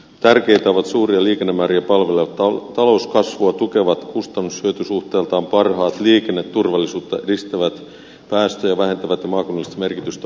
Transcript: tärkeitä ovat suuria liikennemääriä palvelevat talouskasvua tukevat kustannushyötysuhteeltaan parhaat liikenneturvallisuutta edistävät päästöjä vähentävät ja maakunnallisesti merkitystä omaavat hankkeet